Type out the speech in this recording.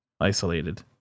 isolated